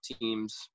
teams